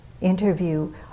interview